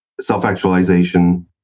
self-actualization